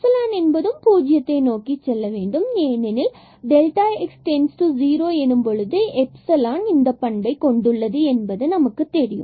மற்றும் epsilon என்பது பூஜ்யத்திற்கு செல்கிறது ஏனெனில் x→0 எனும் போது இந்தப் பண்பைக் கொண்டுள்ளது என்பது நமக்குத் தெரியும்